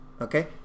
Okay